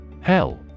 Hell